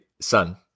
son